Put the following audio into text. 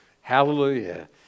Hallelujah